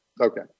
Okay